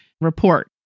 report